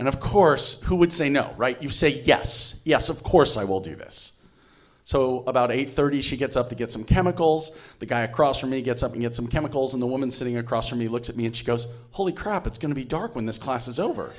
and of course who would say no right you say yes yes of course i will do this so about eight thirty she gets up to get some chemicals the guy across from me gets up and get some chemicals in the woman sitting across from me looks at me and she goes holy crap it's going to be dark when this class is over